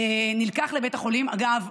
אגב,